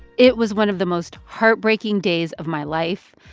it was one of the most heartbreaking days of my life.